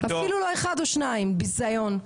אפילו לא אחד או שניים, ביזיון.